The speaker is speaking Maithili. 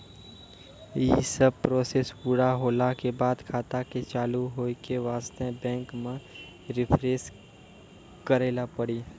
यी सब प्रोसेस पुरा होला के बाद खाता के चालू हो के वास्ते बैंक मे रिफ्रेश करैला पड़ी?